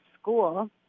school